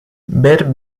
ver